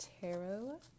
tarot